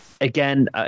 Again